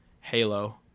Halo